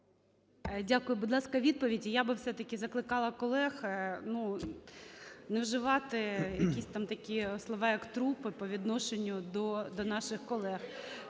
Дякую. Будь ласка, відповіді, я би все-таки закликала колег, ну, не вживати якісь там такі слова, як "трупи", по відношенню до наших колег.